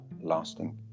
lasting